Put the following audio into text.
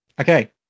Okay